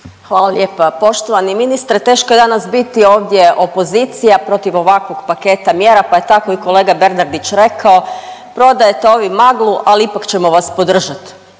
Hvala lijepa. Poštovani ministre, teško je danas biti ovdje opozicija protiv ovakvog paketa mjera, pa je tako i kolega Bernardić rekao „prodajete ovim maglu, ali ipak ćemo vas podržat“,